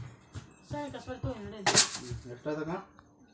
ವಯಸ್ಸಾದವರಿಗೆ ನಿಮ್ಮ ಆಫೇಸ್ ನಿಂದ ಯಾವ ಯೋಜನೆಗಳಿದಾವ್ರಿ?